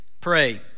pray